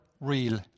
real